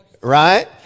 right